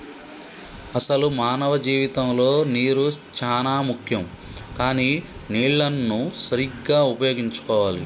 అసలు మానవ జీవితంలో నీరు చానా ముఖ్యం కానీ నీళ్లన్ను సరీగ్గా ఉపయోగించుకోవాలి